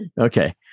Okay